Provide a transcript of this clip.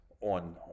on